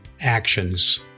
actions